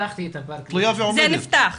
זה נפתח.